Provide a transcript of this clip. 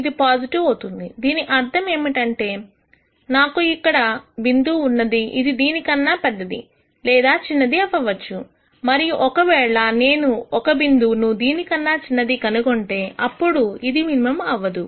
ఇది పాజిటివ్ అవుతుంది దీని అర్థం ఏమిటంటే నాకు ఇక్కడ బిందువు ఉన్నది ఇది దీని కన్నా పెద్దది లేదా చిన్నది అవ్వవచ్చు మరియు ఒకవేళ నేను ఒక బిందువును దీనికన్నా చిన్నదిగా కనుగొంటే అప్పుడు ఇది మినిమం అవ్వదు